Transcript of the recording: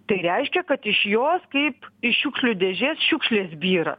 tai reiškia kad iš jos kaip iš šiukšlių dėžės šiukšlės byra